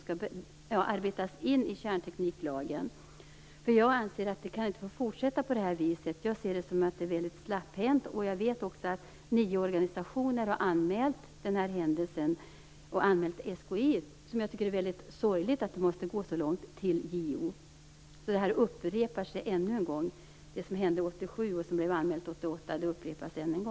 Skall de arbetas in i kärntekniklagen? Jag anser att det inte kan få fortsätta på det här viset. Jag ser det så att det är väldigt slapphänt. Jag vet också att nio organisationer har anmält den här händelsen och SKI till JO. Jag tycker att det är sorgligt att det måste gå så långt. Det som hände 1987 och som anmäldes 1988 upprepas alltså.